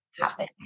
happen